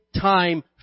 time